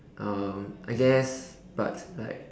um I guess but like